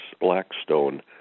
Blackstone